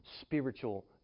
spiritual